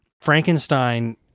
Frankenstein